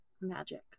magic